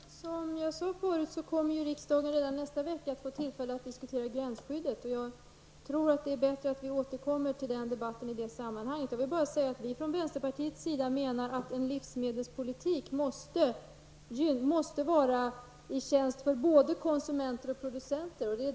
Fru talman! Som jag förut sade kommer riksdagen redan i nästa vecka att få tillfälle att diskutera gränsskyddet. Jag tror att det är bättre att vi återkommer till denna debatt i det sammanhanget. Vi från vänsterpartiet menar att en livsmedelspolitik måste vara till nytta både för konsumenter och för producenter.